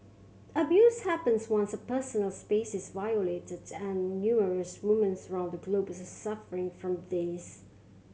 abuse happens once a personal space is violated and numerous women's around the globe are suffering from this